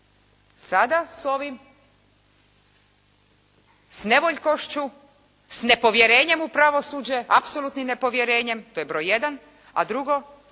ovim s nevoljkošću, s nepovjerenjem u pravosuđe, apsolutnim nepovjerenjem, to je broj jedan, a drugo